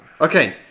Okay